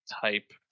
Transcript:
type